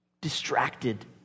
Distracted